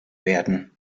werden